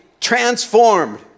transformed